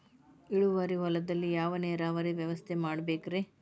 ಇಳುವಾರಿ ಹೊಲದಲ್ಲಿ ಯಾವ ನೇರಾವರಿ ವ್ಯವಸ್ಥೆ ಮಾಡಬೇಕ್ ರೇ?